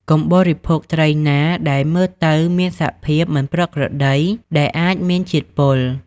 កុំបរិភោគ ត្រីណាដែលមើលទៅមានសភាពមិនប្រក្រតីដែលអាចមានជាតិពុល។